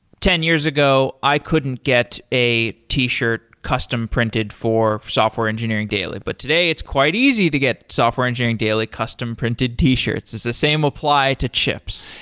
ten years ago i couldn't get a t-shirt custom printed for software engineering daily, but today it's quite easy to get software engineering daily custom printed t-shirts. does the same apply to chips?